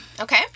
Okay